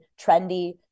trendy